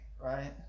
Right